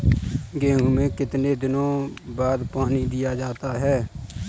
गेहूँ में कितने दिनों बाद पानी दिया जाता है?